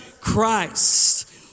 Christ